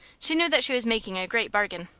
she knew that she was making a great bargain.